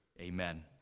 Amen